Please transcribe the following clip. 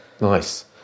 Nice